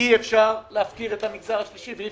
אי אפשר להפקיר את המגזר השלישי ואי